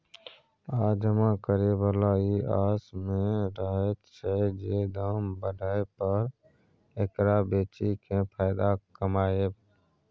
आ जमा करे बला ई आस में रहैत छै जे दाम बढ़य पर एकरा बेचि केँ फायदा कमाएब